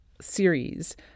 series